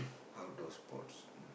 outdoor sports